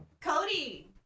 Cody